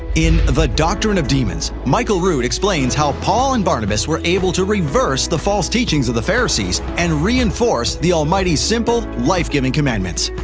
in the doctrine of demons, michael rood explains how paul and barnabas were able to reverse the false teachings of the pharisees and reinforce the almighty's simple, life-giving commandments.